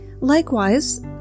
Likewise